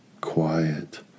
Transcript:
quiet